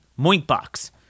Moinkbox